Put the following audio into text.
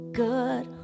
good